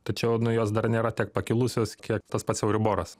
tačiau nu jos dar nėra tiek pakilusios kiek tas pats euriboras